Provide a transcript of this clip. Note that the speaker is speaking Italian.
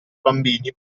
bambini